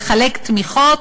לחלק תמיכות,